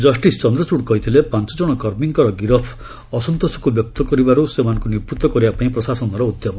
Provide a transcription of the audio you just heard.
justice Chandrachud କହିଥିଲେ ପାଞ୍ଚ ଜଣ କର୍ମୀଙ୍କର ଗିରଫ ଅସନ୍ତୋଷକୁ ବ୍ୟକ୍ତ କରିବାରୁ ସେମାନଙ୍କୁ ନିବୂତ୍ତ କରିବାପାଇଁ ପ୍ରଶାସନର ଉଦ୍ୟମ